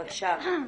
בבקשה.